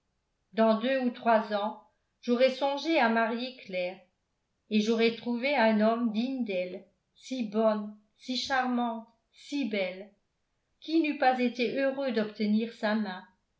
dans deux ou trois ans j'aurais songé à marier claire et j'aurais trouvé un homme digne d'elle si bonne si charmante si belle qui n'eût pas été heureux d'obtenir sa main